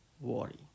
worry